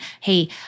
hey